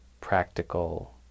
practical